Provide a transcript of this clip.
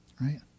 right